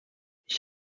ich